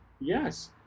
yes